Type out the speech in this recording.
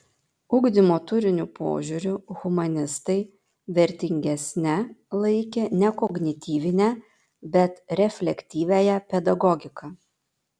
ugdymo turinio požiūriu humanistai vertingesne laikė ne kognityvinę bet reflektyviąją pedagogiką